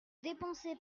dépensez